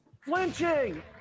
Flinching